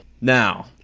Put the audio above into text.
now